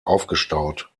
aufgestaut